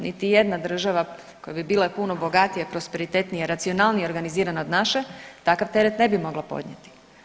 Niti jedna država koja bi bila puno bogatija, prosperitetnija, racionalnije organiziran od naše takav teret ne bi mogla podnijeti.